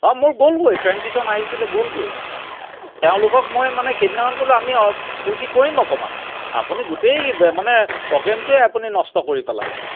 অ' মোৰ গ'ল গৈ ফেৰ্ন্ড কেইজন আহিছিলে গ'লগৈ তেওঁলোকক মই মানে সেইদিনাখন বোলো আমি ফূৰ্তি কৰিম অকণমান আপুনি গোটেই মানে প্ৰ'গেমটোৱেই আপুনি নষ্ট কৰি পেলাইছে